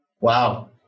Wow